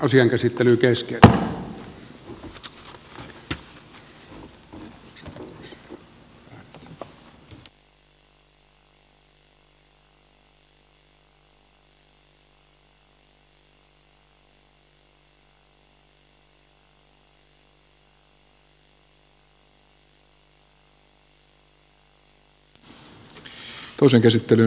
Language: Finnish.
asian käsittely keskeytetään